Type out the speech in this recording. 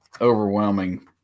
overwhelming